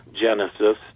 Genesis